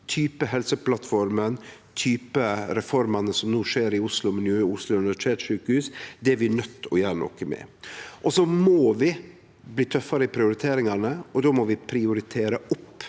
typen Helseplattformen, av typen reformer som no skjer i Oslo med nye Oslo universitetssykehus. Det er vi nøydde til å gjere noko med. Så må vi bli tøffare i prioriteringane. Då må vi prioritere opp